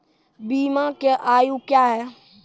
बीमा के आयु क्या हैं?